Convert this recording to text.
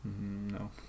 no